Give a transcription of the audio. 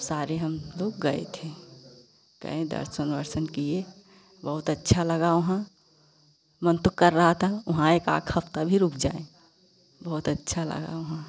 सारे हम लोग गए थे गए दर्शन वर्शन किए बहुत अच्छा लगा वहाँ मन तो कर रहा था वहाँ एक हफ्ता भी रुक जाएँ बहुत अच्छा लगा वहाँ